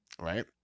right